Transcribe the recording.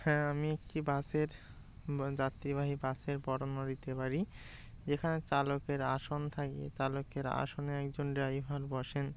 হ্যাঁ আমি একটি বাসের যাত্রিবাহী বাসের বর্ণনা দিতে পারি যেখানে চালকের আসন থাকে চালকের আসনে একজন ড্রাইভার বসেন